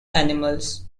animals